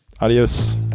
Adios